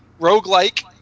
roguelike